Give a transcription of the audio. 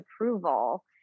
approval